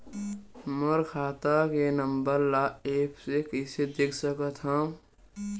मोर खाता के नंबर ल एप्प से कइसे देख सकत हव?